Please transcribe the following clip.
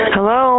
Hello